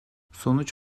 sonuç